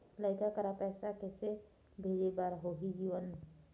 लइका करा पैसा किसे भेजे बार होही जीवन